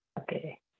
Okay